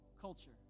culture